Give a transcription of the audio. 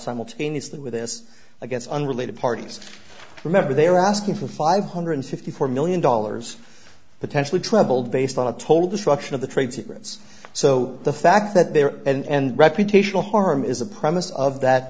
simultaneously with this i guess unrelated parties remember they were asking for five hundred fifty four million dollars potentially troubled based on a total destruction of the trade secrets so the fact that there and reputational harm is a promise of that